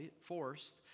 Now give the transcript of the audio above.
forced